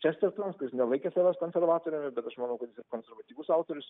čestertonas kuris nelaikė savęs konservatoriumi bet aš manau kad konservatyvus autorius